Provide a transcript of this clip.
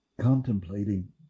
Contemplating